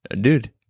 dude